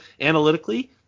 analytically